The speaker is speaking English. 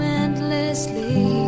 endlessly